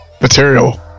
material